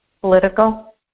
political